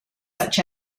such